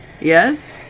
Yes